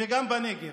וגם בנגב.